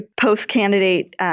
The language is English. post-candidate